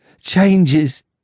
changes